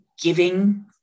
giving